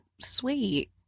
sweet